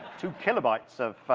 two kilobytes of,